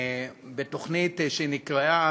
בתוכנית שנקראה